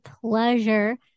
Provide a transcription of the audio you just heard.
pleasure